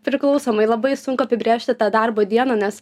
priklausomai labai sunku apibrėžti tą darbo dieną nes